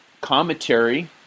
commentary